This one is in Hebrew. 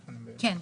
כן.